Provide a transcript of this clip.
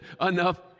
enough